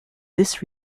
this